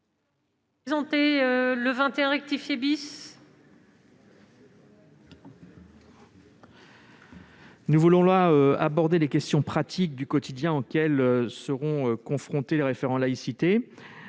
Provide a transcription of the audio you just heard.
nous voulons aborder les questions pratiques, les sujets du quotidien auxquels seront confrontés les référents laïcité.